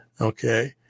Okay